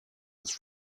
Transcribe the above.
was